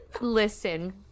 Listen